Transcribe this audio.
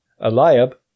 Eliab